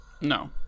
No